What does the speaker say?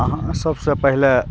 अहाँ सबसे पहिले